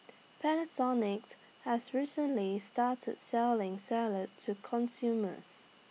Panasonic has recently started selling salad to consumers